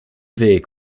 weg